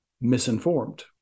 misinformed